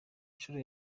nshuro